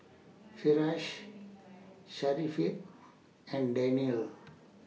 Firash Syafiqah and Daniel